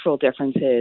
differences